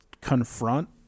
confront